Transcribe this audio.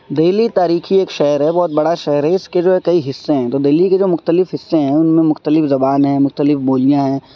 دہلی تاریخی ایک شہر ہے بہت بڑا شہر ہے اس کے جو ہے کئی حصے ہیں تو دہلی کے جو مختلف حصے ہیں ان میں مختلف زبان ہیں مختلف بولیاں ہیں